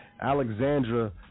Alexandra